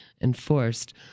enforced